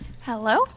hello